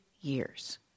years